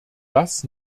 das